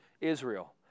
Israel